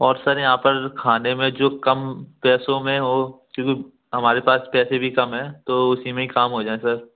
और सर यहाँ पर खाने में जो कम पैसों में हो क्योंकि हमारे पास पैसे भी कम है तो उसी में काम हो जाए सर